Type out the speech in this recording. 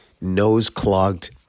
nose-clogged